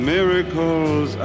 Miracles